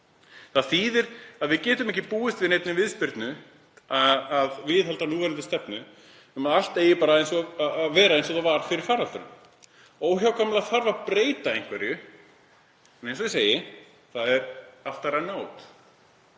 Það þýðir að við getum ekki búist við neinni viðspyrnu til að viðhalda núverandi stefnu um að allt eigi bara að vera eins og það var fyrir faraldurinn. Óhjákvæmilega þarf að breyta einhverju, en eins og ég segi, það er allt